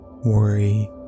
worry